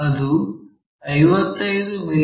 ಅದು 55 ಮಿ